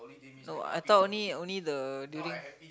no I thought only only the during